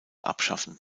abschaffen